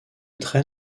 très